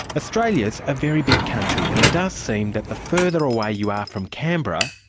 australia's a very big country and it does seem that the further away you are from canberra,